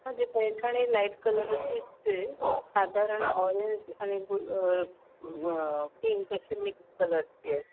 माझी Paithani light colour चीच आहे साधारण ऑरेंज आणि बु पिंक अशी मिक्स कलरची आहे